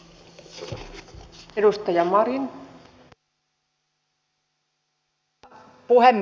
arvoisa puhemies